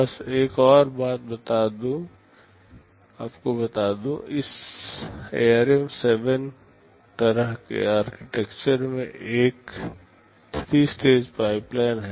बस एक और बात आपको बता दूं इस ARM7 तरह के आर्किटेक्चर में एक 3 स्टेज पाइपलाइन है